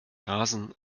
rasen